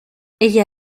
ella